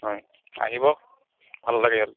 হয় আহিব ভাল লাগে ইয়াত